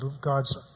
God's